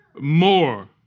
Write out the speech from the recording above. more